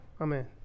Amen